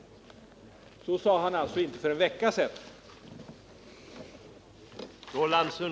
Så sade han inte för en vecka sedan.